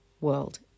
world